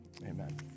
Amen